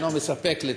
אינו מספק לתפיסתנו,